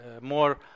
more